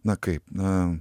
na kaip na